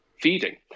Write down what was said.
feeding